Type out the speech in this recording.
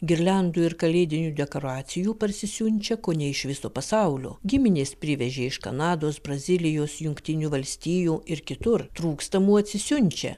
girliandų ir kalėdinių dekoracijų parsisiunčia kone iš viso pasaulio giminės privežė iš kanados brazilijos jungtinių valstijų ir kitur trūkstamų atsisiunčia